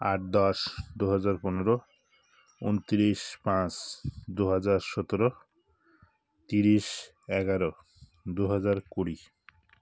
আট দশ দু হাজার পনেরো উনত্রিশ পাঁচ দু হাজার সতেরো তিরিশ এগারো দু হাজার কুড়ি